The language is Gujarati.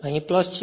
અહી છે